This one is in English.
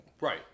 Right